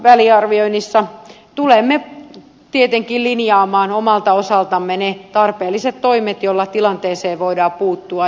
laajakaistaväliarvioinnissa tulemme tietenkin linjaamaan omalta osaltamme ne tarpeelliset toimet joilla tilanteeseen voidaan puuttua